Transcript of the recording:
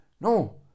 No